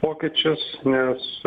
pokyčius nes